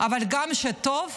גם כשטוב